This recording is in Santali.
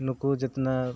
ᱱᱩᱠᱩ ᱡᱤᱛᱱᱟ